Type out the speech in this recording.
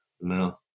No